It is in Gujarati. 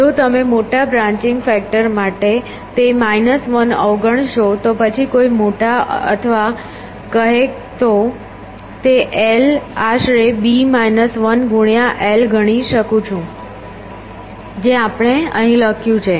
જો તમે મોટા બ્રાંન્ચિંગ ફેક્ટર માટે તે 1 અવગણશો તો પછી કોઈ મોટા અથવા કહે તો તે I આશરે b 1 ગુણ્યા I ગણી શકું છું જે આપણે અહીં લખ્યું છે